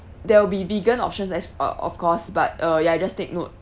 there will be vegan options that's uh of course but uh yeah just take note